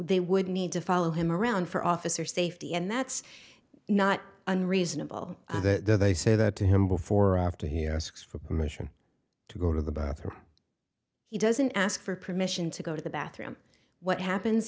they would need to follow him around for officer safety and that's not unreasonable that they say that to him before or after he asks for permission to go to the bathroom he doesn't ask for permission to go to the bathroom what happens